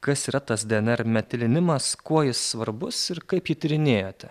kas yra tas dnr metilinimas kuo jis svarbus ir kaip jį tyrinėjate